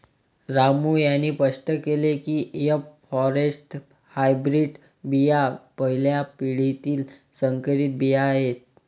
रामू यांनी स्पष्ट केले की एफ फॉरेस्ट हायब्रीड बिया पहिल्या पिढीतील संकरित बिया आहेत